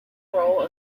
role